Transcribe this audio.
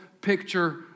picture